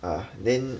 ah then